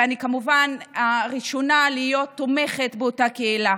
ואני כמובן הראשונה להיות תומכת באותה קהילה.